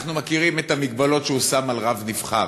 אנחנו מכירים את המגבלות שהוא שם על רב נבחר,